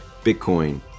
Bitcoin